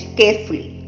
carefully